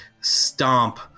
stomp